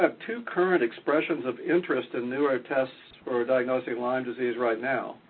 ah two current expressions of interest in newer tests for diagnosing lyme disease right now.